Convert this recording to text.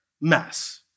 mess